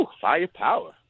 Firepower